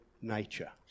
nature